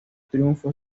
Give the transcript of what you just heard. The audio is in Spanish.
triunfo